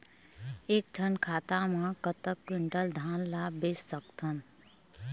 एक ठन खाता मा कतक क्विंटल धान ला बेच सकथन?